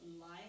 Life